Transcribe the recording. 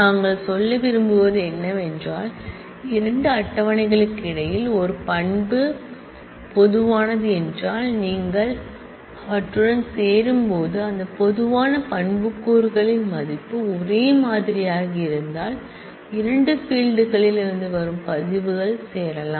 நாங்கள் சொல்ல விரும்புவது என்னவென்றால் இரண்டு டேபிள் களுக்கு இடையில் ஒரு பண்பு பொதுவானது என்றால் நீங்கள் அவர்களுடன் சேரும்போது அந்த பொதுவான ஆட்ரிபூட்ஸ் களின் மதிப்பு ஒரே மாதிரியாக இருந்தால் இரண்டு ஃபீல்ட் களிலிருந்து வரும் ரெக்கார்ட் கள் சேரலாம்